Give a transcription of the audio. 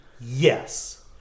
yes